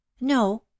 No